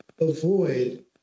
avoid